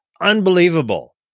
unbelievable